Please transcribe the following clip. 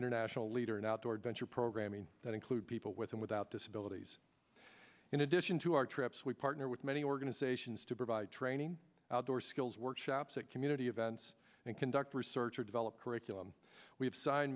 internet a leader in outdoor adventure programming that include people with and without disabilities in addition to our trips we partner with many organizations to provide training outdoor skills workshops at community events and conduct research or develop curriculum we have sign